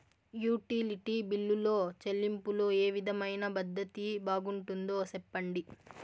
Utility బిల్లులో చెల్లింపులో ఏ విధమైన పద్దతి బాగుంటుందో సెప్పండి?